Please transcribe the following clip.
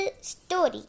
story